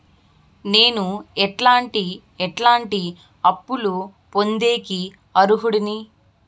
నేను ఎట్లాంటి ఎట్లాంటి అప్పులు పొందేకి అర్హుడిని?